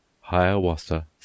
Hiawatha